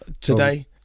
today